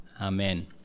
Amen